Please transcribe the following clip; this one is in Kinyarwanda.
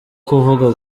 kuvuga